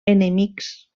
enemics